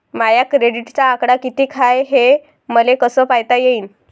माया क्रेडिटचा आकडा कितीक हाय हे मले कस पायता येईन?